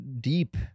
deep